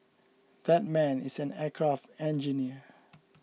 that man is an aircraft engineer